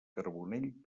carbonell